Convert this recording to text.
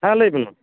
ᱦᱮᱸ ᱞᱟᱹᱭᱵᱮᱱ ᱢᱟ